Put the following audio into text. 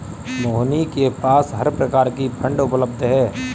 मोहिनी के पास हर प्रकार की फ़ंड उपलब्ध है